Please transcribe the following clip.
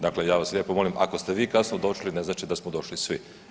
Dakle, ja vas lijepo molim ako ste vi kasno došli, ne znači da smo došli svi.